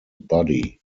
body